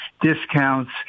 discounts